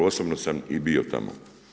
Osobno sam i bio tamo.